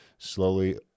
slowly